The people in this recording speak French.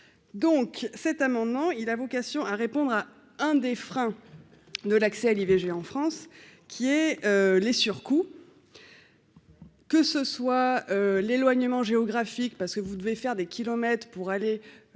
donc cet amendement, il a vocation à répondre à un des freins de l'accès à l'IVG en France qui est les surcoûts. Que ce soit l'éloignement géographique, parce que vous devez faire des kilomètres pour aller